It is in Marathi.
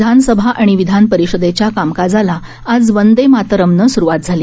विधानसभा आणि विधानपरिषदेच्या कामकाजाला आज वंदेमातरम्नं सुरुवात झाली